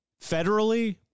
federally